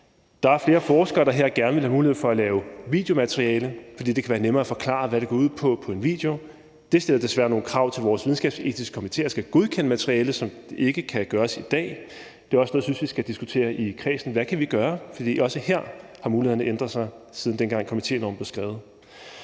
Der er flere forskere, der her gerne vil have mulighed for at lave videomateriale, fordi det på en video kan være nemmere at forklare, hvad det går ud på. Det stiller desværre nogle krav til vores videnskabsetiske komité, der skal godkende materiale, hvilket ikke kan ske i dag. Det er også derfor, jeg synes, vi i kredsen skal diskutere, hvad vi kan gøre. For også her har mulighederne ændret sig, siden dengang komitéloven blev skrevet.